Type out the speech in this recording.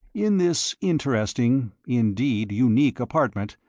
in this interesting, indeed unique apartment,